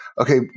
okay